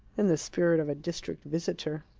in the spirit of a district visitor.